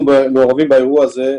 אנחנו מעורבים באירוע הזה,